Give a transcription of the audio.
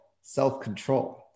self-control